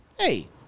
Hey